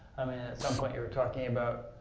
i mean, at some point you were talking about